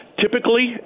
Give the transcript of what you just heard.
Typically